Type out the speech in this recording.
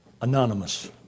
anonymous